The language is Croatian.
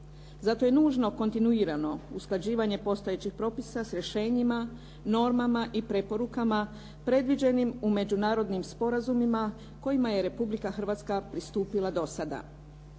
Zato je nužno kontinuirano usklađivanje postojećih propisa s rješenjima, normama i preporukama predviđenim u međunarodnim sporazumima kojima je Republika Hrvatska pristupila do sada.